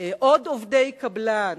עוד עובדי קבלן,